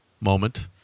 moment